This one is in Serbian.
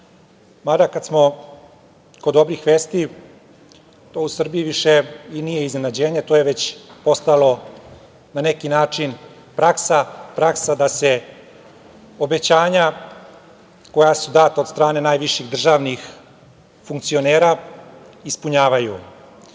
kad smo kod dobrih vesti to u Srbiji više i nije iznenađenje, to je već postalo na neki način praksa, praksa da se obećanja koja su data od strane najviših državnih funkcionera ispunjavaju. Danas